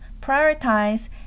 prioritize